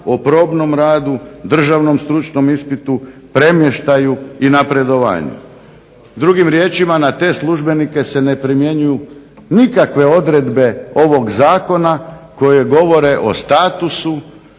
o probnom radu, državnom stručnom ispitu, premještaju i napredovanju". Drugim riječima na te službenike se ne primjenjuju nikakve odredbe ovog zakona koji govore o statusu